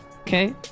Okay